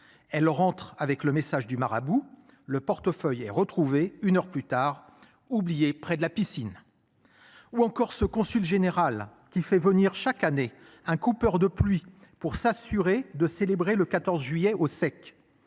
elle rentre avec le message du marabout le portefeuille et retrouver une heure plus tard. Près de la piscine. Ou encore ce consul général qui fait venir chaque année un coupeur de pluie pour s'assurer de célébrer le 14 juillet au sec.